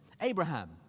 Abraham